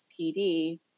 PD